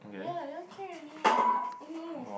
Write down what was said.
ya that one can already [what] oh no